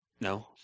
no